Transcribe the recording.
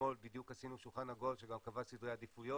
אתמול בדיוק עשינו שולחן עגול שגם קבע סדרי עדיפויות